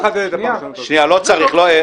לא צריך.